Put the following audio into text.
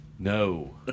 No